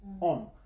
on